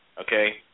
okay